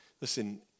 Listen